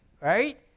right